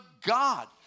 God